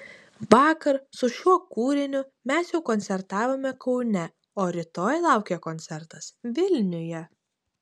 vakar su šiuo kūriniu mes jau koncertavome kaune o rytoj laukia koncertas vilniuje